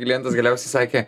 klientas galiausiai sakė